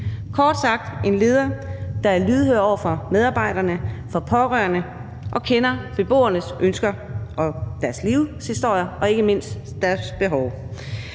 kort sagt, en leder, der er lydhør over for medarbejderne, pårørende, og som kender beboernes ønsker og deres livshistorier og ikke mindst deres behov.